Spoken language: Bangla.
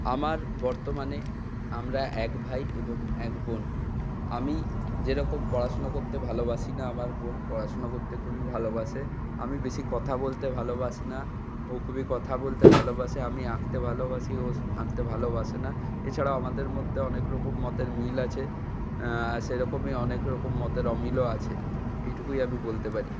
আমার বর্তমানে আমরা এক ভাই এবং এক বোন আমি যেরকম পড়াশুনা করতে ভালোবাসি না আমার বোন পড়াশুনা করতে খুবই ভালোবাসে আমি বেশি কথা বলতে ভালোবাসি না ও খুবই কথা বলতে ভালোবাসে আমি আঁকতে ভালোবাসি ও আঁকতে ভালোবাসে না এছাড়াও আমাদের মধ্যে অনেক রকম মতের মিল আছে সেই রকমই অনেক রকম মতের অমিলও আছে এইটুকুই আমি বলতে পারি